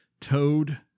Toad